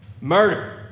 Murder